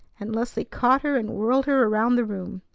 and leslie caught her and whirled her around the room.